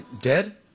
Dead